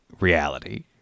reality